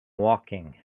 walking